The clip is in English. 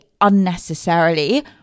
unnecessarily